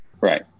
Right